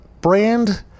brand